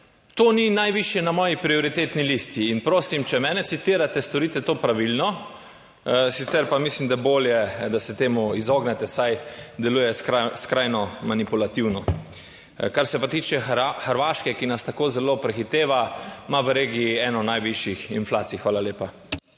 to ni najvišje na moji prioritetni listi in prosim, če mene citirate, storite to pravilno, sicer pa mislim, da je bolje, da se temu izognete, saj deluje skrajno manipulativno. Kar se pa tiče Hrvaške, ki nas tako zelo prehiteva, ima v regiji eno najvišjih inflacij. Hvala lepa.